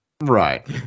Right